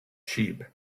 sheep